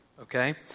okay